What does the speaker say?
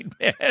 man